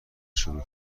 شروع